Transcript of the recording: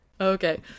Okay